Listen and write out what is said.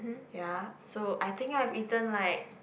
ya so I think I have eaten like